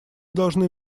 должны